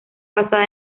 basada